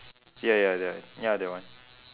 ya ya that one ya that one